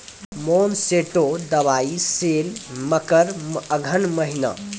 Monsanto दवाई sale मकर अघन महीना,